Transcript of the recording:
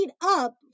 up